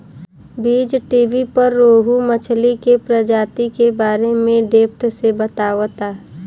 बीज़टीवी पर रोहु मछली के प्रजाति के बारे में डेप्थ से बतावता